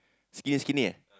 skinny skinny eh